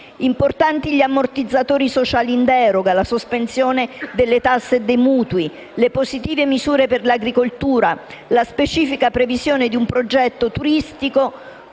sono anche gli ammortizzatori sociali in deroga, la sospensione delle tasse e dei mutui, le positive misure per l'agricoltura, la specifica previsione di un progetto turistico